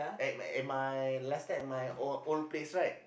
at my at my last time my old old place right